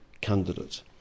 candidate